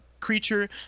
creature